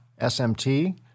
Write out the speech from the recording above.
SMT